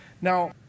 Now